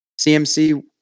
CMC